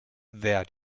their